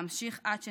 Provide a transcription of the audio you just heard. להמשיך עד שננצח.